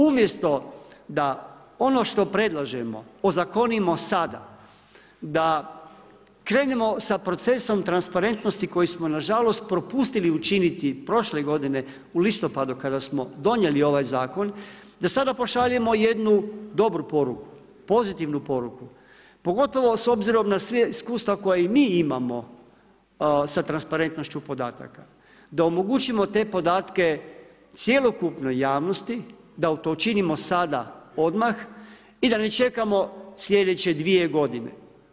Umjesto da ono što predlažemo ozakonimo sada, da krenemo sa procesom transparentnosti koji smo nažalost propustili učiniti prošle godine u listopadu kada smo donijeli ovaj zakon, da sada pošaljemo jednu dobru poruku, pozitivnu poruku, pogotovo na s obzirom na sva iskustva koja i mi imamo sa transparentnošću podataka, da omogućimo te podatke cjelokupnoj javnosti, da to učinimo sada odmah i da ne čekamo sljedeće dvije godine.